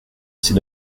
c’est